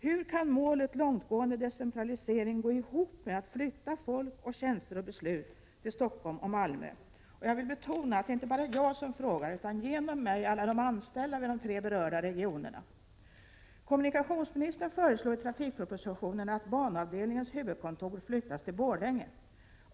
Hur kan målet långtgående decentralisering gå ihop med att flytta folk, tjänster och beslut till Stockholm och Malmö? Jag vill betona att det inte är bara jag som frågar utan genom mig alla de anställda i de tre berörda regionerna. Kommunikationsministern föreslår i trafikpropositionen att banavdelningens huvudkontor flyttas till Borlänge.